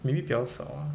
maybe 比较少啊